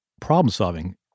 problem-solving